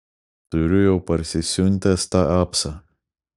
turiu jau parsisiuntęs tą apsą